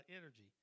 energy